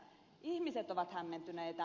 ihmiset ovat hämmentyneitä